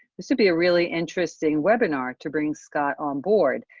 this would be a really interesting webinar to bring scott on board.